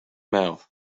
mouth